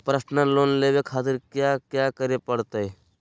Personal loan लेवे खातिर कया क्या करे पड़तइ?